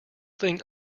thing